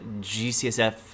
GCSF